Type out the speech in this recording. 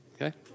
Okay